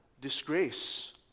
disgrace